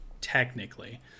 technically